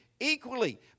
Equally